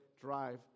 drive